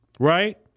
right